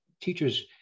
teachers